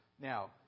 Now